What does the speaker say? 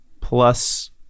plus